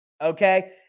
okay